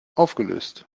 aufgelöst